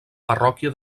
parròquia